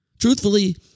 Truthfully